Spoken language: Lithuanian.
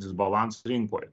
disbalansas rinkoj